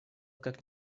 как